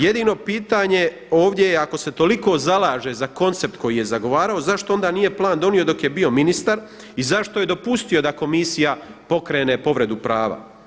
Jedino pitanje ovdje je ako se toliko zalaže za koncept koji je zagovarao zašto onda nije plan donio dok je bio ministar i zašto je dopustio da komisija pokrene povredu prava?